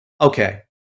okay